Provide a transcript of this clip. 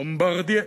"בומברדיה",